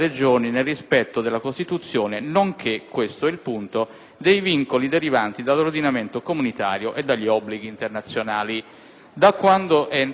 «dei vincoli derivanti dell'ordinamento comunitario e dagli obblighi internazionali». Da quando è entrata in vigore la nuova formulazione dell'articolo 117,